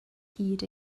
hyd